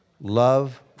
love